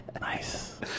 Nice